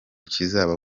kizaba